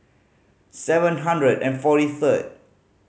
seven hundred and forty third